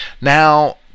now